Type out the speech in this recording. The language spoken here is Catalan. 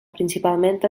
principalment